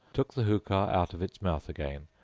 took the hookah out of its mouth again,